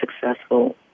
successful